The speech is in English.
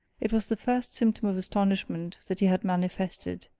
it was the first symptom of astonishment that he had manifested,